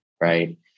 right